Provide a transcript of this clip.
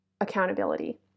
accountability